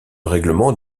règlement